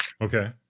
Okay